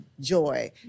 joy